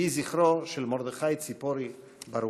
יהי זכרו של מרדכי ציפורי ברוך.